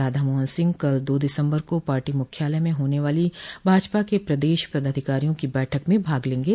राधा मोहन सिंह कल दो दिसम्बर को पार्टी मुख्यालय में होने वाली भाजपा के प्रदेश पदाधिकारियों की बैठक में भाग लेंगे